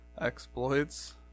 exploits